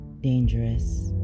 dangerous